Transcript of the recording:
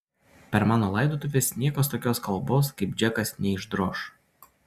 per mano laidotuves niekas tokios kalbos kaip džekas neišdroš